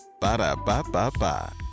Ba-da-ba-ba-ba